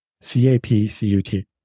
C-A-P-C-U-T